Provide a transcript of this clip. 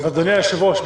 אדוני היושב-ראש,